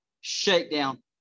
shakedown